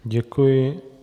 Děkuji.